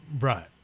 Right